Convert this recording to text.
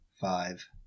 five